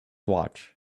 watch